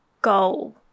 goal